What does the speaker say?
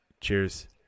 cheers